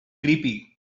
creepy